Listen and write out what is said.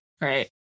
right